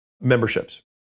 memberships